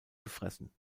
gefressen